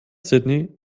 sydney